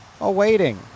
awaiting